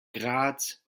graz